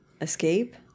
escape